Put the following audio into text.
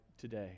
today